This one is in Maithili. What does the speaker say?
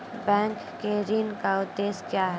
बैंक के ऋण का उद्देश्य क्या हैं?